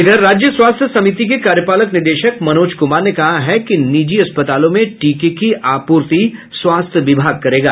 इधर राज्य स्वास्थ्य समिति के कार्यपालक निदेशक मनोज कुमार ने कहा कि निजी अस्पतालों में टीके की आपूर्ति स्वास्थ्य विभाग करेगा